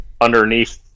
underneath